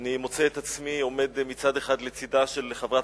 אני מוצא את עצמי עומד מצד אחד לצדה של חברת